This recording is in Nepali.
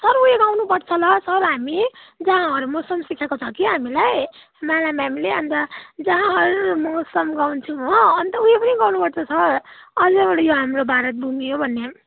सर उयो गाउनुपर्छ ल सर हामी जहाँ हर मौसम सिकाएको छ कि हामीलाई माला म्यामले अन्त जहाँ हर मौसम गाउँछौँ हो अन्त उयो पनि गर्नुपर्छ सर हाम्रो भारतभूमि हो भन्ने